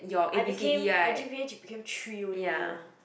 I became my g_p_a became three only you know